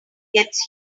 gets